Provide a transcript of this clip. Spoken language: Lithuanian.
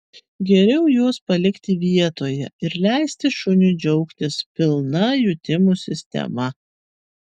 geriau juos palikti vietoje ir leisti šuniui džiaugtis pilna jutimų sistema